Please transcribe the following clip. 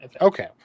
Okay